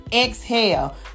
exhale